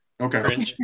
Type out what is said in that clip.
Okay